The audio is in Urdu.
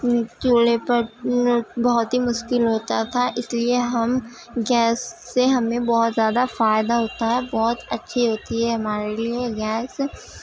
چولہے پر بہت ہی مشکل ہوتا تھا اس لیے ہم گیس سے ہمیں بہت زیادہ فائدہ ہوتا ہے بہت اچھی ہوتی ہے ہمارے لیے گیس